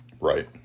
Right